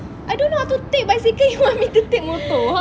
I don't know how to take bicycle you want me to take motor